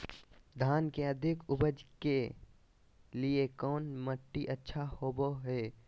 धान के अधिक उपज के लिऐ कौन मट्टी अच्छा होबो है?